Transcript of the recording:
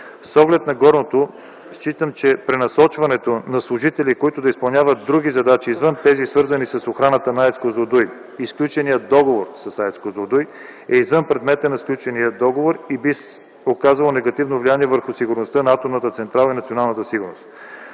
С оглед на горното считам, че пренасочването на служители, които да изпълняват други задачи извън тези, свързани с охраната на АЕЦ „Козлодуй” и сключения договор с АЕЦ „Козлодуй”, е извън предмета на сключения договор и би оказало негативно влияние върху сигурността на Атомната